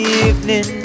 evening